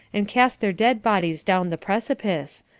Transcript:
and cast their dead bodies down the precipice,